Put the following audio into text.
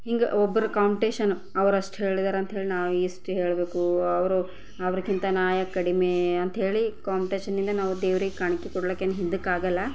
ಹಿಂಗೆ ಒಬ್ಬರ ಕಾಂಪ್ಟಿಷನ್ನು ಅವರು ಅಷ್ಟು ಹೇಳಿದರಂತ ಹೇಳಿ ನಾವು ಇಷ್ಟು ಹೇಳಬೇಕು ಅವರು ಅವ್ರಿಗಿಂತ ನಾನು ಯಾಕೆ ಕಡಿಮೆ ಅಂಥೇಳಿ ಕಾಂಪ್ಟಿಷನಿಂದ ನಾವು ದೇವ್ರಿಗೆ ಕಾಣಿಕೆ ಕೊಡ್ಲಿಕ್ಕೇನೆ ಹಿಂದಕ್ಕಾಗಲ್ಲ